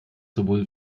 sowohl